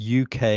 UK